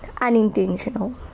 unintentional